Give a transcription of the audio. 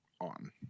on